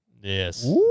Yes